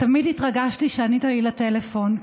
תמיד התרגשתי כשענית לי לטלפון,